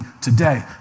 today